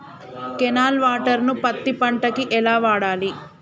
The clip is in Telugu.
కెనాల్ వాటర్ ను పత్తి పంట కి ఎలా వాడాలి?